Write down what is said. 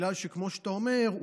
כמו שאתה אומר,